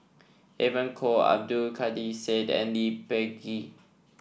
Evon Kow Abdul Kadir Syed and Lee Peh Gee